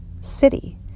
city